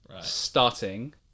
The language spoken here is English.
starting